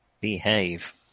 Behave